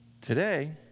Today